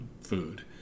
food